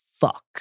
fuck